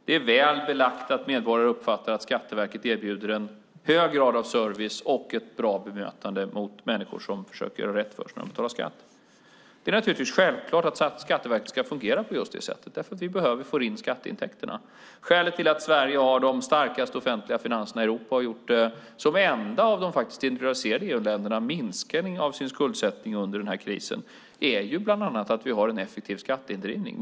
Det är väl belagt att medborgare uppfattar att Skatteverket erbjuder en hög grad av service och ett bra bemötande av människor som försöker göra rätt för sig när de betalar skatt. Det är naturligtvis självklart att Skatteverket ska fungera på just det sättet, därför att vi behöver få in skatteintäkterna. Skälet till att Sverige har de starkaste offentliga finanserna i Europa, som det enda av de industrialiserade EU-länderna som har minskat skuldsättningen under krisen, är bland annat att vi har en effektiv skatteindrivning.